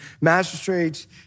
magistrates